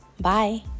Bye